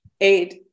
eight